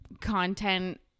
content